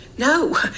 No